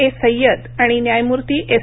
ए सय्यद आणि न्यायमूर्ती एस